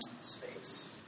space